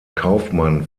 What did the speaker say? kaufmann